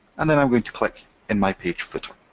and then i'm going to click in my page footer.